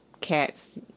cats